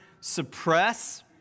Suppress